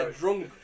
drunk